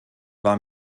war